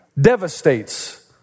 devastates